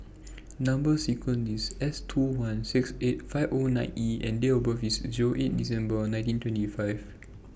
Number sequence IS S two one six eight five O nine E and Date of birth IS eight December nineteen twenty five